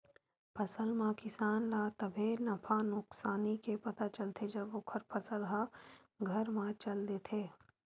फसल म किसान ल तभे नफा नुकसानी के पता चलथे जब ओखर फसल ह घर म चल देथे